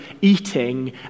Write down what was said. eating